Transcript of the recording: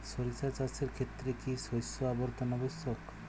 সরিষা চাষের ক্ষেত্রে কি শস্য আবর্তন আবশ্যক?